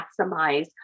maximize